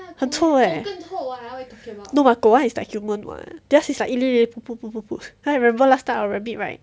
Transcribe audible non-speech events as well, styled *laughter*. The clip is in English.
很臭 eh no but 狗 one is like human what theirs is like 一粒一粒一粒 *noise* *noise* *noise* remember last time our rabbit right